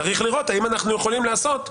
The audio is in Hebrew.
צריך לראות אם אנחנו יכולים לעשות,